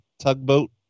tugboat